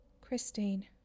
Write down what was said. Christine